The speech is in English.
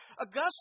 Augustine